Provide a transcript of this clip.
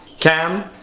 cam,